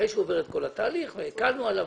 אחרי שהוא עובר את כל התהליך והקלנו עליו.